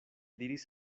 diris